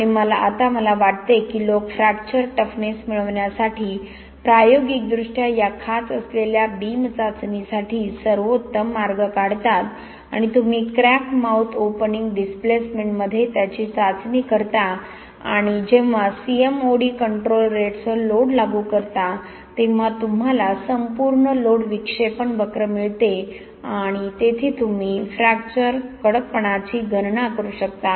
आणि आता मला वाटते की लोक फ्रॅक्चर टफनेस मिळविण्यासाठी प्रायोगिकदृष्ट्या या खाच असलेल्या बीम चाचणीसाठी सर्वोत्तम मार्ग काढतात आणि तुम्ही क्रॅक माउथ ओपनिंग डिस्प्लेसमेंटमध्ये त्याची चाचणी करता आणि जेव्हा CMOD कंट्रोल रेटसह लोड लागू करता तेव्हा तुम्हाला संपूर्ण लोड विक्षेपण वक्र मिळते आणि तेथे तुम्ही फ्रॅक्चर कडकपणाची गणना करू शकता